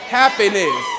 happiness